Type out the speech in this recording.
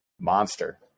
monster